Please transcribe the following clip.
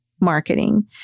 marketing